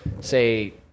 say